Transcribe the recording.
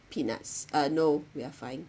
peanuts uh no we're fine